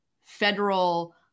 federal